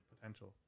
Potential